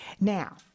Now